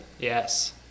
Yes